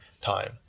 time